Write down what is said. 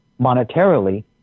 monetarily